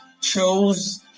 chose